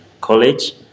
college